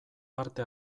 parte